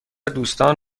دوستان